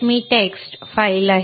txt file आहे